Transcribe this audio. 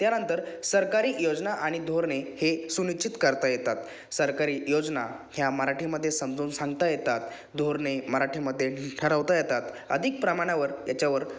त्यानंतर सरकारी योजना आणि धोरणे हे सुनिश्चित करता येतात सरकारी योजना ह्या मराठीमध्ये समजून सांगता येतात धोरणे मराठीमध्ये ठरवता येतात अधिक प्रमाणावर याच्यावर